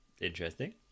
interesting